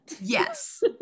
Yes